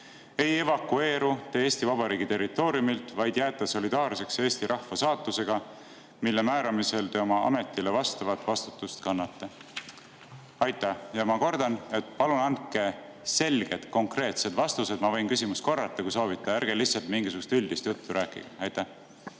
ei evakueeru te Eesti Vabariigi territooriumilt, vaid jääda solidaarseks Eesti rahva saatusega, mille määramisel te oma ametile vastavalt vastutust kannate? Ja ma kordan, et palun andke selged, konkreetsed vastused. Ma võin küsimust korrata, kui soovite. Ärge lihtsalt mingisugust üldist juttu rääkige. Suur